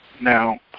Now